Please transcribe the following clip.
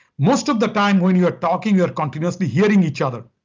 most of the time when you're talking, you're continuously hearing each other,